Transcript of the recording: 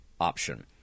option